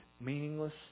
meaningless